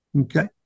Okay